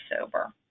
sober